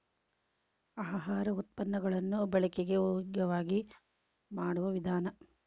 ಆಹಾರ ಉತ್ಪನ್ನ ಗಳನ್ನು ಬಳಕೆಗೆ ಯೋಗ್ಯವಾಗಿ ಮಾಡುವ ವಿಧಾನ